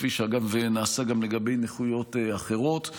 כפי שאגב נעשה גם לגבי נכויות אחרות,